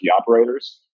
operators